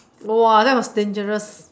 !wah! that was dangerous